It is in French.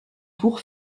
tour